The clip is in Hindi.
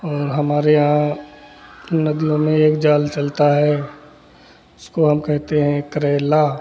और हमारे यहाँ नदियों में एक जाल चलता है उसको हम कहते हैं करैला